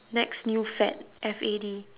next new fad F A D